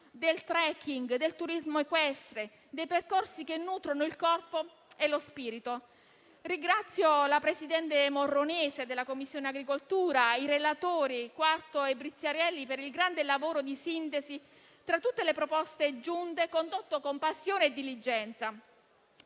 del *trekking*, del turismo equestre, dei percorsi che nutrono il corpo e lo spirito. Ringrazio la presidente Moronese della Commissione territorio, ambiente, beni ambientali e i relatori Quarto e Briziarelli per il grande lavoro di sintesi tra tutte le proposte giunte, condotto con passione e diligenza.